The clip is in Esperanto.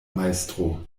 majstro